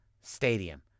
stadium